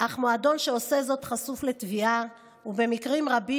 אך מועדון שעושה זאת חשוף לתביעה ובמקרים רבים